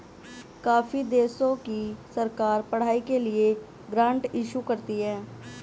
काफी देशों की सरकार पढ़ाई के लिए ग्रांट इशू करती है